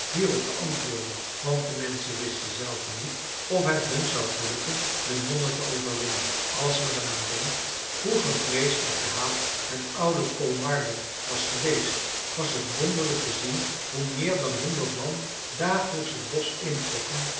hierop te antwoorden want de menschen wisten zelf niet of het hun zou gelukken de nonnen te overwinnen als men er aan denkt hoe gevreesd en gehaat het oude kolmarden was geweest was het wonderlijk te zien hoe meer dan honderd man dagelijks het bosch introkken